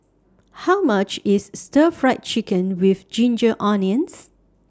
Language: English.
How much IS Stir Fried Chicken with Ginger Onions